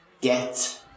Get